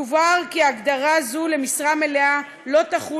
יובהר כי הגדרה זו של משרה מלאה לא תחול